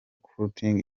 clothing